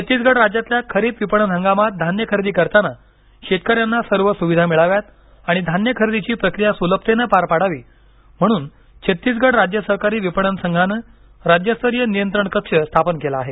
छत्तीसगड राज्यातल्या खरीप विपणन हंगामात धान्य खरेदी करताना शेतकऱ्यांना सर्व सुविधा मिळाव्यात आणि धान्य खरेदीची प्रक्रिया सुलभतेने पार पडावी म्हणून छत्तीसगड राज्य सहकारी विपणन संघानं राज्यस्तरीय नियंत्रण कक्ष स्थापन केला आहे